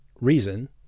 reason